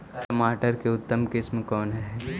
टमाटर के उतम किस्म कौन है?